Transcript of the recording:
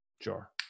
Sure